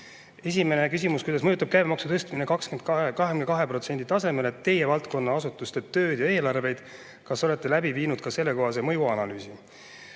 Esimene küsimus. Kuidas mõjutab käibemaksu tõstmine 22% tasemele teie valdkonna asutuste tööd ja eelarveid? Kas olete läbi viinud ka sellekohase mõjuanalüüsi?